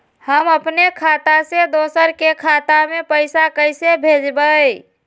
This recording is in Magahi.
हम अपने खाता से दोसर के खाता में पैसा कइसे भेजबै?